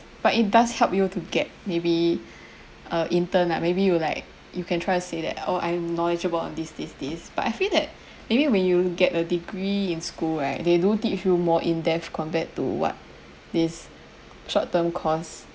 but it does help you to get maybe uh intern lah maybe you like you can try to say that oh I'm knowledgeable on this this this but I feel that maybe when you get a degree in school right they do teach you more in depth compared to what this short term course